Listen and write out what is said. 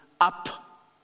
up